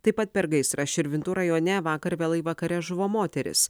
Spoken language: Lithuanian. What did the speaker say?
taip pat per gaisrą širvintų rajone vakar vėlai vakare žuvo moteris